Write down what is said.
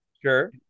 Sure